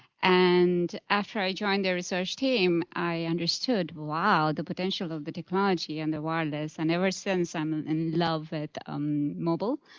and after i joined the research team, i understood, wow, the potential of the technology and the wireless and ever since then i um and loved it mobile.